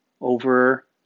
over